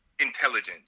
intelligence